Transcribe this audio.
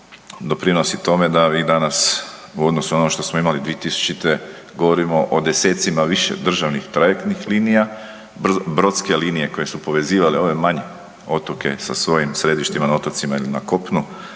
doprinosi tome da vi danas u odnosu na ono što smo imali 2000.govorimo o desecima više državnih trajektnih linija, brodske linije koje su povezivale ove manje otoke sa svojim središtima na otocima ili na kopnu